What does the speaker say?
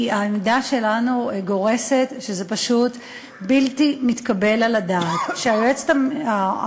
כי העמדה שלנו גורסת שזה פשוט בלתי מתקבל על הדעת שהמשנה